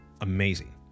amazing